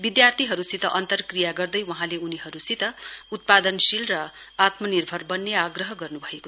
विद्यार्थीहरुसित अन्तर्क्रिया गर्दै वहाँले उनीहरुसित उत्पादनशील र आत्मनिर्भर वन्ने आग्रह गर्नुभयो